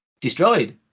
destroyed